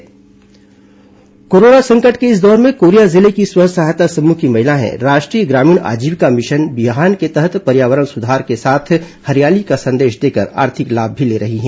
बिहान स्व सहायता समूह कोरोना संकट के इस दौर में कोरिया जिले की स्व सहायता समूह की महिलाएं राष्ट्रीय ग्रामीण आजीविका मिशन बिहान के तहत पर्यावरण सुरक्षा के साथ हरियाली का संदेश देकर आर्थिक लाभ ले रही हैं